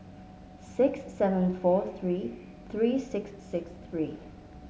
six seven four three three six six three